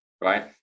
right